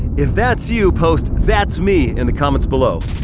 if that's you, post that's me, in the comments below.